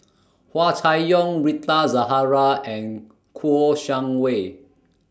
Hua Chai Yong Rita Zahara and Kouo Shang Wei